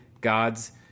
God's